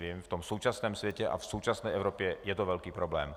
V tom současném světě a v současné Evropě je to velký problém.